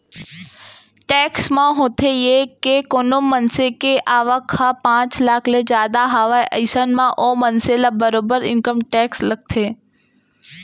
tax म होथे ये के कोनो मनसे के आवक ह पांच लाख ले जादा हावय अइसन म ओ मनसे ल बरोबर इनकम टेक्स लगथे